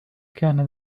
كان